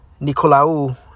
Nicolaou